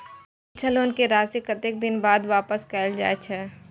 शिक्षा लोन के राशी कतेक दिन बाद वापस कायल जाय छै?